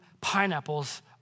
pineapples